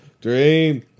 Dream